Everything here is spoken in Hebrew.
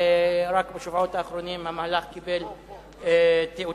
רק בשבועות האחרונים המהלך קיבל תאוצה.